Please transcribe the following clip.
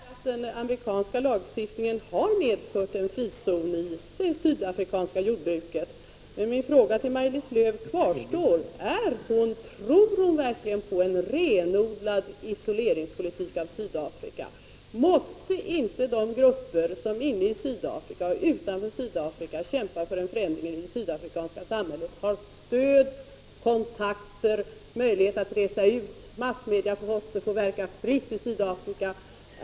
Herr talman! Faktum är att den amerikanska lagstiftningen har medfört en frizon i det sydafrikanska jordbruket. Men min fråga till Maj-Lis Lööw kvarstår: Tror hon verkligen på en renodlad isoleringspolitik vad gäller Sydafrika? Måste inte de grupper som inne i Sydafrika och utanför Sydafrika kämpar för en förändring av det sydafrikanska samhället ha stöd, kontakter, möjlighet att resa ut? Måste inte massmedia få verka fritt i Sydafrika?